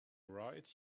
right